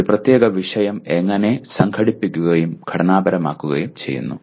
ഒരു പ്രത്യേക വിഷയം എങ്ങനെ സംഘടിപ്പിക്കുകയും ഘടനാപരമാക്കുകയും ചെയ്യുന്നു